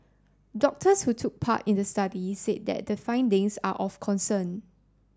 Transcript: doctors who took part in the study said that the findings are of concern